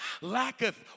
lacketh